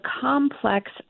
complex